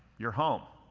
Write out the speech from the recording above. your home.